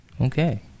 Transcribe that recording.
Okay